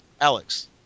Alex